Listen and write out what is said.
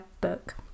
book